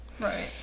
Right